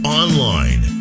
online